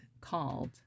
called